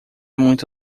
muito